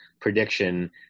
prediction